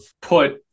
put